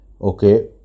Okay